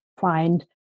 find